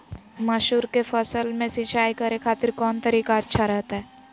मसूर के फसल में सिंचाई करे खातिर कौन तरीका अच्छा रहतय?